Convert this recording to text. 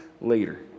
later